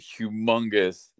humongous